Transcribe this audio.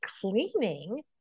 cleaning